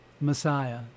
Messiah